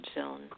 zone